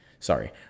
Sorry